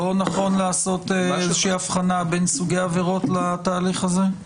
לא נכון לעשות איזושהי הבחנה בין סוגי עבירות לתהליך הזה?